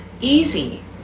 easy